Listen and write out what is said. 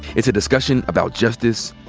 it's a discussion about justice,